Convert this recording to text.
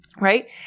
right